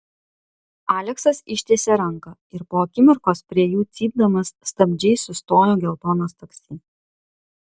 aleksas ištiesė ranką ir po akimirkos prie jų cypdamas stabdžiais sustojo geltonas taksi